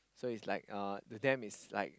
so it's like uh to them is like